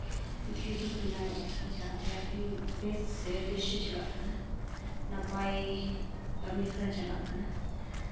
YouTube ᱫᱚ ᱵᱮᱱᱟᱣᱮᱜᱼᱟ ᱠᱚ ᱡᱟᱦᱟᱸᱛᱮ ᱟᱹᱰᱤ ᱵᱮᱥ ᱫᱨᱤᱥᱥᱚ ᱪᱟᱞᱟᱜ ᱠᱟᱱᱟ ᱱᱟᱯᱟᱭ ᱠᱟᱹᱢᱤᱦᱚᱨᱟ ᱪᱟᱞᱟᱜ ᱠᱟᱱᱟ